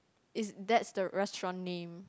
it's that's the restaurant name